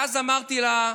ואז אמרתי לה: